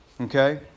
Okay